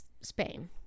Spain